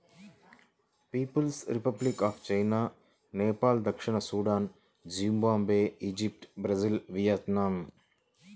peoples republic of China, Nepal దక్షిణ Sudan, Zimbabwe, Egypt, Brazil, Vietnam